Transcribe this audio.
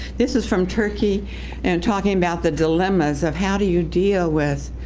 this is from turkey and talking about the dilemmas of how do you deal with,